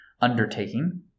undertaking